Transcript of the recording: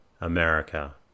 America